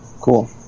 Cool